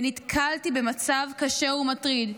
ונתקלתי במצב קשה ומטריד,